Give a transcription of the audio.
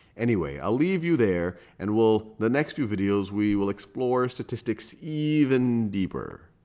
anyway, i'll leave you there. and we'll the next few videos, we will explore statistics even deeper.